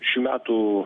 šių metų